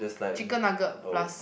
chicken nugget plus